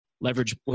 leverage